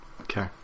Okay